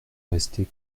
rester